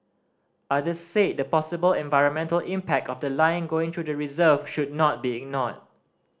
others said the possible environmental impact of the line going through the reserve should not be ignored